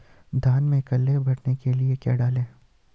धान में कल्ले बढ़ाने के लिए क्या डालें?